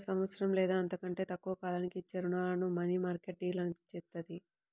ఒక సంవత్సరం లేదా అంతకంటే తక్కువ కాలానికి ఇచ్చే రుణాలను మనీమార్కెట్ డీల్ చేత్తది